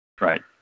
Right